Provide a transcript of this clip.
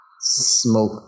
smoke